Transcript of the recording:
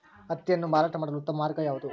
ಹತ್ತಿಯನ್ನು ಮಾರಾಟ ಮಾಡಲು ಉತ್ತಮ ಮಾರ್ಗ ಯಾವುದು?